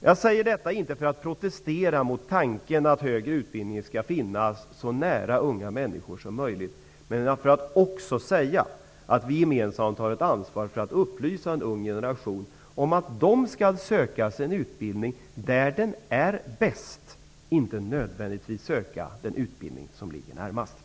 Jag säger inte detta för att protestera mot tanken att högre utbildning skall finnas så nära unga människor som möjligt utan för att också säga att vi gemensamt har ett ansvar för att upplysa en ung generation om att den skall söka den bästa utbildningen och inte nödvändigtvis den närmaste utbildning.